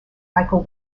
michael